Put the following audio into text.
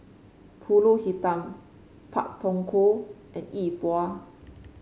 pulut hitam Pak Thong Ko and Yi Bua